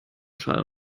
schall